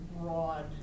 Broad